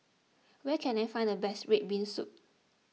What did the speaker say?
where can I find the best Red Bean Soup